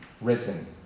written